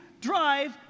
drive